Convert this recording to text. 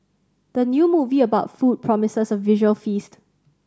the new movie about food promises a visual feast